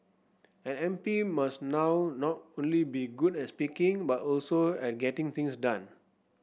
an M P must now not only be good at speaking but also at getting things done